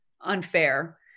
unfair